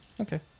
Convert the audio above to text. Okay